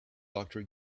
doctor